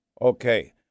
Okay